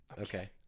Okay